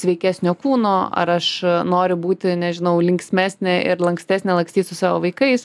sveikesnio kūno ar aš noriu būti nežinau linksmesnė ir lankstesnė lakstyt su savo vaikais